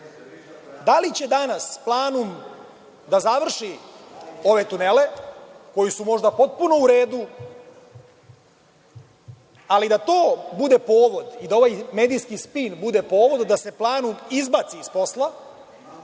da li će danas „Planum“ da završi ove tunele, koji su možda potpuno u redu, ali da to bude povod i da ovaj medijski spin bude povod da se „Planum“ izbaci iz posla,